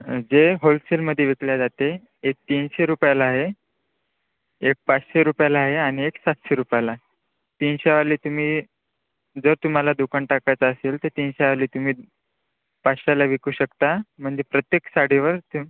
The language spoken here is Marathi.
जे होलसेलमदे विकल्या जाते एक तीनशे रुपयाला आहे एक पाचशे रुपयाला आहे आणि एक सातशे रुपयालाए तीनशेवाली तुम्ही जर तुम्हाला दुकान टाकायचं असेल तर तीनशेवाली तुम्ही पाचशेला विकू शकता म्हणजे प्रत्येक साडीवर ते